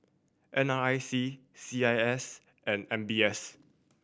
N R I C C I S and M B S